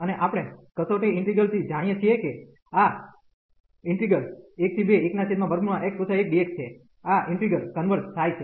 અને આપણે કસોટી ઇન્ટિગ્રલ થી જાણીએ છીએ કે આ ઈન્ટિગ્રલ 121x 1dx છે આ ઈન્ટિગ્રલ કન્વર્ઝ થાય છે